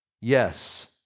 Yes